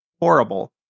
horrible